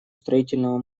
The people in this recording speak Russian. строительного